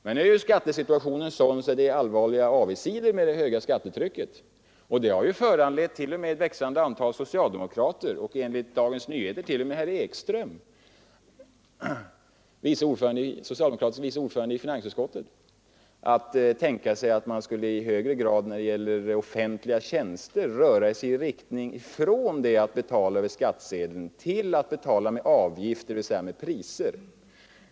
Men nu är skattesituationen sådan att det är allvarliga avigsidor med det höga skattetrycket, och detta har ju föranlett ett växande antal socialdemokrater — enligt Dagens Nyheter t.o.m. herr Ekström, socialdemokratisk vice ordförande i finansutskottet — att tänka sig att man skulle i högre grad när det gäller offentliga tjänster röra sig i riktning från att betala över skattsedeln till att betala genom avgifter, dvs. med priser.